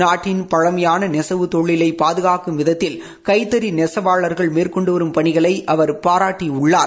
நாட்டின் பழமையான நெசவுத் தொழிலை பாதுகாக்கும் விதத்தில கைத்தறி நெசவாளா்கள் மேற்கொண்டு வரும் பணிகளை அவர் பாராட்டியுள்ளார்